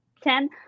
ten